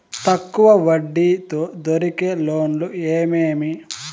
తక్కువ వడ్డీ తో దొరికే లోన్లు ఏమేమీ?